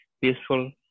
peaceful